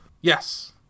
Yes